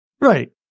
Right